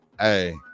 Hey